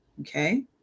okay